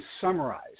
summarize